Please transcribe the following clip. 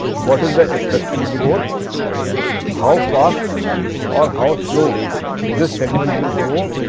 what is the expected growth how fast or how slow this segment will grow